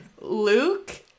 Luke